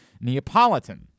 Neapolitan